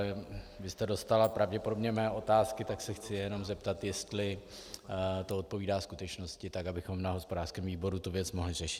Vy jste dostala pravděpodobně mé otázky, tak se chci jenom zeptat, jestli to odpovídá skutečnosti, tak abychom na hospodářském výboru tu věc mohli řešit.